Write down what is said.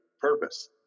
purpose